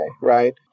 right